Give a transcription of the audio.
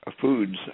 foods